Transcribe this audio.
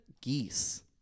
geese